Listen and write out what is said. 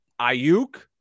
Ayuk